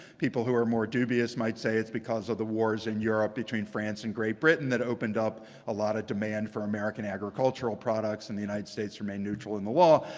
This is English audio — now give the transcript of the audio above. people who are more dubious might say it's because of the wars in europe between france and great britain that opened up a lot of demand for american agricultural products, and the united states remained neutral in the law.